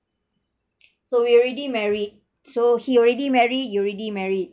so we're already married so he already married you already married